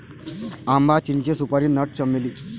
आंबा, चिंचे, सुपारी नट, चमेली